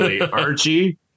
Archie